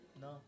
No